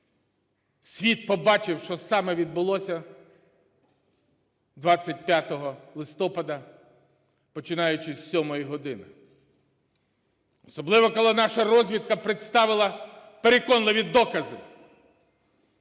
світ побачив, що саме відбулося 25 листопада, починаючи з 7 години, особливо коли наша розвідка представила переконливі докази,